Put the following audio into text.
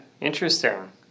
interesting